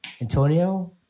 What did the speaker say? Antonio